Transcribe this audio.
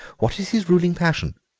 what is his ruling passion?